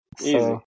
Easy